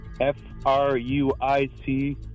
F-R-U-I-T